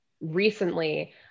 recently